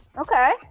Okay